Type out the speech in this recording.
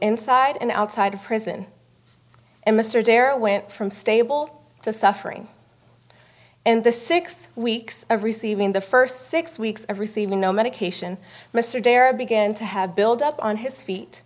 inside and outside of prison and mr darrow went from stable to suffering and the six weeks of receiving the first six weeks of receiving no medication mr dare i began to have build up on his feet